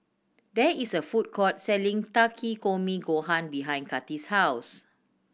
there is a food court selling Takikomi Gohan behind Kathi's house